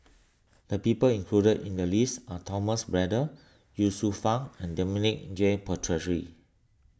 the people included in the list are Thomas Braddell Ye Shufang and Dominic J Puthucheary